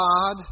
God